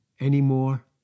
anymore